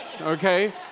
okay